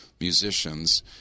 musicians